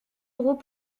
euros